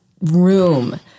room